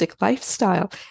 lifestyle